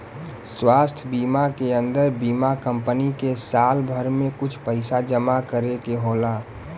स्वास्थ बीमा के अन्दर बीमा कम्पनी के साल भर में कुछ पइसा जमा करे के होला